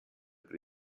per